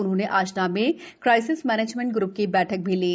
उन्होंने आष्टा में crisis management ग्ग्र की बैठक भी ली